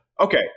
Okay